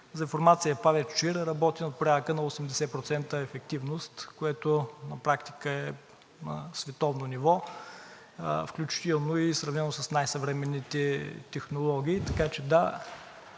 За информация – ПАВЕЦ „Чаира“ работи от порядъка на 80% ефективност, което на практика е на световно ниво, включително и сравнено с най-съвременните технологии.